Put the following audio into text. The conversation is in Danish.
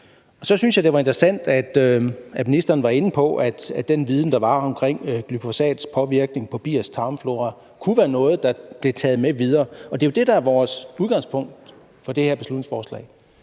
Så synes jeg, det var interessant, at ministeren var inde på, at den viden, der var om glyfosats påvirkning af biers tarmflora, kunne være noget, der blev taget med videre. Og det er jo det, der er vores udgangspunkt for det her beslutningsforslag.